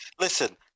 listen